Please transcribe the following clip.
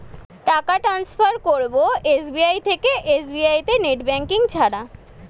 টাকা টান্সফার করব এস.বি.আই থেকে এস.বি.আই তে নেট ব্যাঙ্কিং ছাড়া?